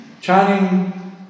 Chanting